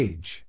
Age